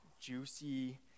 juicy